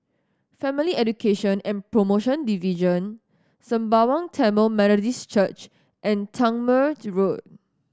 Family Education and Promotion Division Sembawang Tamil Methodist Church and Tangmere Road